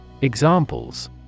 Examples